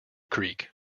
creek